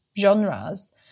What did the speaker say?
genres